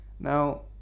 Now